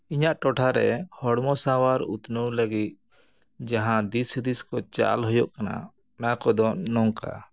ᱤᱧᱟᱹᱜ ᱴᱚᱴᱷᱟᱨᱮ ᱦᱚᱲᱢᱚ ᱥᱟᱶᱟᱨ ᱩᱛᱱᱟᱹᱣ ᱞᱟᱹᱜᱤᱫ ᱡᱟᱦᱟᱸ ᱫᱤᱥ ᱦᱩᱫᱤᱥ ᱠᱚ ᱪᱟᱞ ᱦᱩᱭᱩᱜ ᱠᱟᱱᱟ ᱚᱱᱟ ᱠᱚᱫᱚ ᱱᱚᱝᱠᱟ